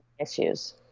issues